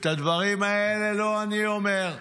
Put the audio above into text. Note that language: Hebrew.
את הדברים האלה לא אני אומר,